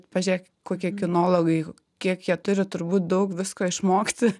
pažiūrėk kokie kinologai kiek jie turi turbūt daug visko išmokti